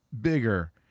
bigger